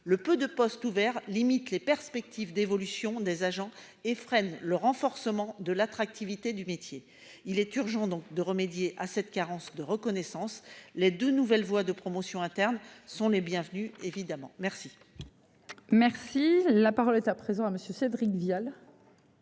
le peu de postes ouverts limite les perspectives d'évolution des agents et freine le renforcement de l'attractivité du métier. Il est urgent donc de remédier à cette carence de reconnaissance les de nouvelles voies de promotion interne sont les bienvenues, évidemment. Merci.